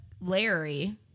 Larry